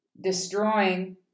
destroying